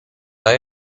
های